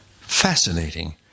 fascinating